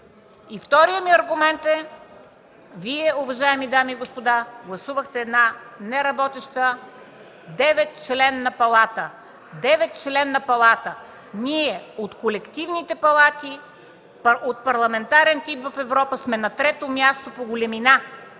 Вторият ми аргумент е: Вие, уважаеми дами и господа, гласувахте една неработеща деветчленна палата! Ние от колективните палати от парламентарен тип в Европа сме на трето място по големина